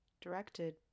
directed